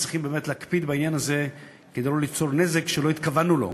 וצריכים באמת להקפיד בעניין הזה כדי לא ליצור נזק שלא התכוונו לו.